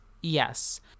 Yes